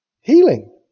Healing